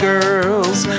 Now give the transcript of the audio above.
Girls